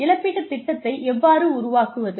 இழப்பீட்டுத் திட்டத்தை எவ்வாறு உருவாக்குவது